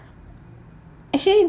actually